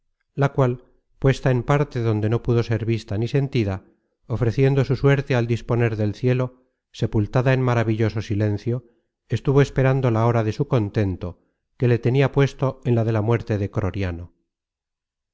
la cual puesta en parte donde no pudo ser vista ni sentida ofreciendo su suerte al disponer del cielo sepultada en maravilloso silencio estuvo esperando la hora de su contento que le tenia puesto en la de la muerte de croriano